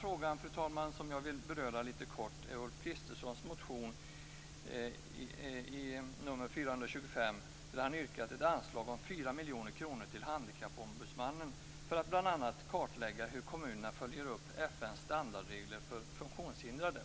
Den andra frågan som jag vill beröra något är Ulf Kristerssons motion So425, där han har yrkat på ett anslag om 4 miljoner kronor till Handikappombudsmannen för att bl.a. kartlägga hur kommunerna följer upp FN:s standardregler för funktionshindrade.